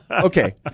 Okay